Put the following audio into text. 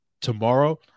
tomorrow